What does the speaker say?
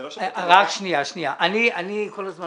אני כל הזמן